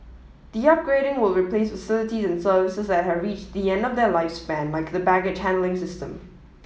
the upgrading will replace facilities and services that have reached the end of their lifespan like the baggage handling system